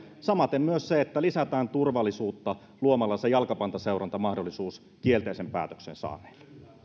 samaten se että lisätään turvallisuutta luomalla se jalkapantaseurantamahdollisuus kielteisen päätöksen saaneille